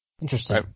Interesting